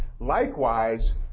Likewise